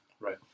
Right